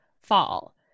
fall